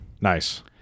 Nice